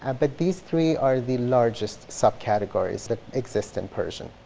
ah but, these three are the largest subcategories that exist in persian.